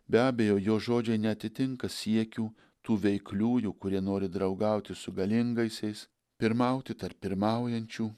be abejo jo žodžiai neatitinka siekių tų veikliųjų kurie nori draugauti su galingaisiais pirmauti tarp pirmaujančių